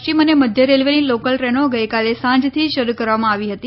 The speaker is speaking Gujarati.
પશ્ચિમ અને મધ્ય રેલ્વેની લૉકલ ટ્રેનો ગઈકાલે સાંજથી શરૂ કરવામાં આવી હતી